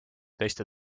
teiste